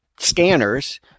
scanners